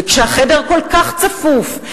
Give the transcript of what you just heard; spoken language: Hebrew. וכשהחדר כל כך צפוף,